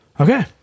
Okay